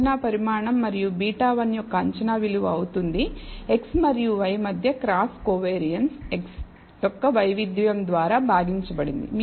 అంచనా పరిమాణం మరియు β1 యొక్క అంచనా విలువ అవుతుంది x మరియు y మధ్య క్రాస్ కోవియారిన్స్ x యొక్క వైవిధ్యం ద్వారా భాగించబడింది